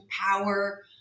power